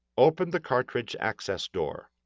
open the cartridge access door.